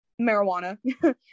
marijuana